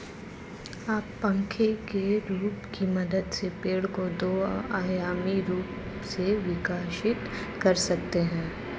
आप पंखे के रूप की मदद से पेड़ को दो आयामी रूप से विकसित कर सकते हैं